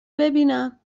ببینم